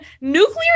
nuclear